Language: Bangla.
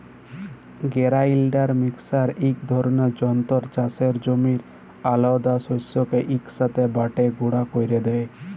গেরাইল্ডার মিক্সার ইক ধরলের যল্তর চাষের জমির আলহেদা শস্যকে ইকসাথে বাঁটে গুঁড়া ক্যরে দেই